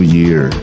year